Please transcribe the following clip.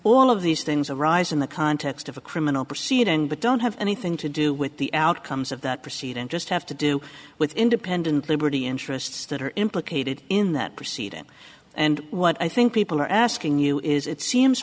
all of these things arise in the context of a criminal proceeding but don't have anything to do with the outcomes of that proceed and just have to do with independent liberty interests that are implicated in that proceeding and what i think people are asking you is it seems